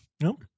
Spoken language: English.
No